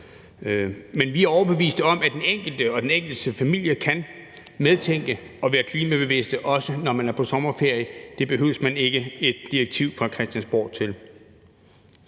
Men vi er overbeviste om, at den enkelte og den enkelte familie kan medtænke at være klimabevidste, også når de er på sommerferie. Det behøver man ikke et direktiv fra Christiansborg til.